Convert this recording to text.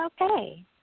okay